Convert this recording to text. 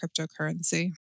cryptocurrency